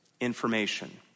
information